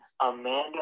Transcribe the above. Amanda